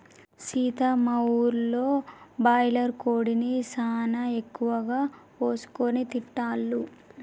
సీత మా ఊరిలో బాయిలర్ కోడిని సానా ఎక్కువగా కోసుకొని తింటాల్లు